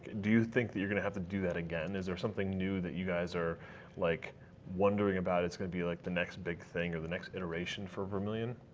do you think that you're going to have to do that again? is there something new that you guys are like wondering about, it's going to be like the next big thing or the next iteration for vermilion?